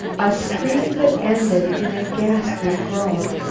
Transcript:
a scream that ended in a ghastly groan.